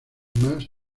más